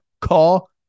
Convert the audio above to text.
Call